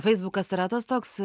feisbukas yra tas toks